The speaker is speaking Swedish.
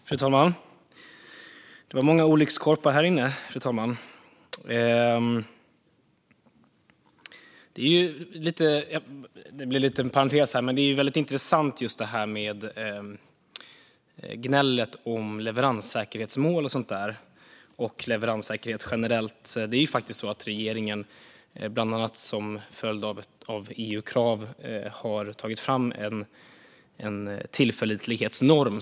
Fru talman! Det var många olyckskorpar här inne. Det här blir lite av en parentes, men gnället om leveranssäkerhetsmål och leveranssäkerhet generellt är väldigt intressant. Regeringen har faktiskt, bland annat som en följd av EU-krav, tagit fram en tillförlitlighetsnorm.